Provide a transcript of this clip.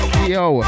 yo